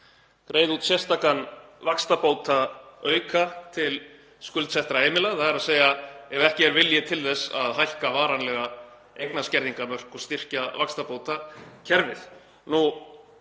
greiða út sérstakan vaxtabótaauka til skuldsettra heimila, þ.e. ef ekki er vilji til þess að hækka varanlega eignaskerðingarmörk og styrkja vaxtabótakerfið.